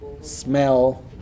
smell